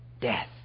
death